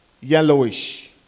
yellowish